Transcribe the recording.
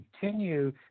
continue